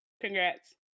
congrats